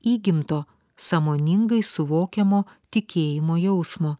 įgimto sąmoningai suvokiamo tikėjimo jausmo